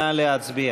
נא להצביע.